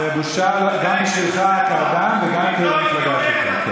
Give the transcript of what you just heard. זה בושה גם בשבילך כאדם וגם למפלגה שלך.